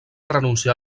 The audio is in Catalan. renunciar